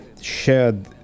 shared